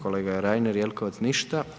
Kolega Reiner, Jelkovac, ništa.